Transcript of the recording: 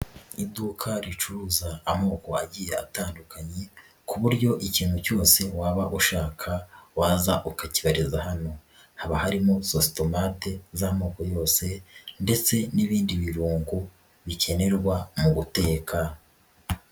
Iduka ricuruza amoko wagiye atandukanye ku buryo ikintu cyose waba ushaka waza ukakibariza hano, haba harimo sositomate z'amoko yose ndetse n'ibindi birungo bikenerwa mu guteka.